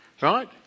right